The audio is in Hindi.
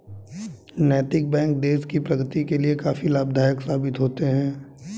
नैतिक बैंक देश की प्रगति के लिए काफी लाभदायक साबित होते हैं